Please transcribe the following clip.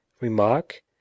Remark